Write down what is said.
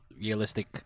realistic